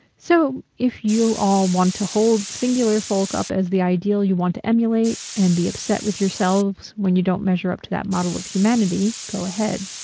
so, if you all want to hold singular folk up as the ideal you want to emulate, and be upset with yourselves, when you don't measure up to that model of humanity, go ahead.